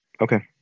Okay